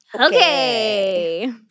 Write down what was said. Okay